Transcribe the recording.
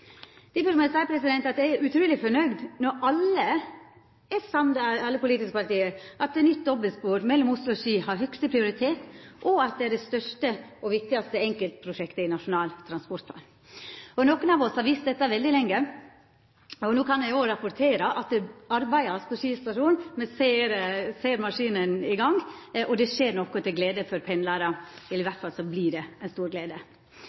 Difor må eg seia at eg er utruleg fornøgd med at alle politiske partia er samde om at nytt dobbeltspor mellom Oslo og Ski har høgste prioritet, og at det er det største og viktigaste enkeltprosjektet i Nasjonal transportplan. Nokon av oss har visst dette veldig lenge. No kan eg òg rapportera om at det vert arbeidd på Ski stasjon, ein ser at maskinene er i gang, og at det skjer noko til glede for pendlarane – iallfall vert det ei stor glede.